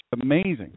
amazing